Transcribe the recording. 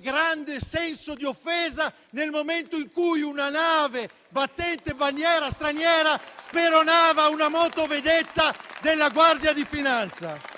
grande senso di offesa nel momento in cui una nave battente bandiera straniera speronava una motovedetta della Guardia di finanza!